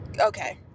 okay